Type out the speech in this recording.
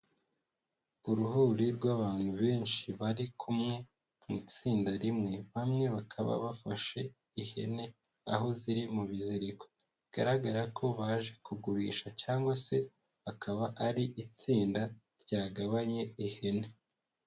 Uruhuri rw'abantu benshi bari kumwe mu itsinda rimwe bamwe bakaba bafashe ihene, aho ziri mu biziriko bigaragara ko baje kugurisha cyangwa se bakaba ari itsinda ryagabanye ihene.